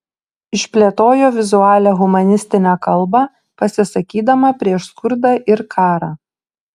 išplėtojo vizualią humanistinę kalbą pasisakydama prieš skurdą ir karą